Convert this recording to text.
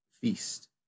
feast